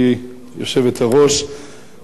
מכובדי השר, חברי חברי הכנסת,